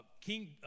King